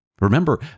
Remember